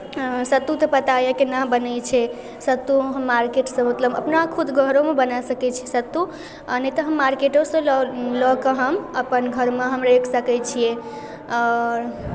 सत्तू तऽ पता यए केना बनैत छै सत्तू हम मार्केटसँ मतलब अपना खुद घरोमे बना सकै छी सत्तू आ नहि तऽ हम मार्केटोसँ लऽ लऽ के हम अपन घरमे हम राखि सकै छियै आओर